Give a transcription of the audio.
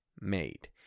made